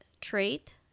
trait